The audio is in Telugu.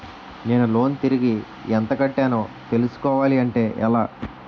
నేను లోన్ తిరిగి ఎంత కట్టానో తెలుసుకోవాలి అంటే ఎలా?